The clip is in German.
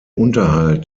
unterhalt